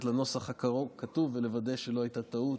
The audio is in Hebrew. לנוסח הכתוב ולוודא שלא הייתה טעות,